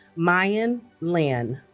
meiyan lin